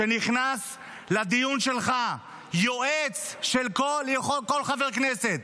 שנכנס לדיון שלך יועץ של כל חבר הכנסת